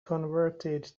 converted